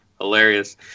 hilarious